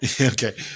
okay